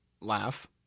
laugh